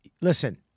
listen